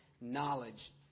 knowledge